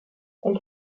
elle